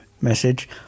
message